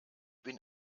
bin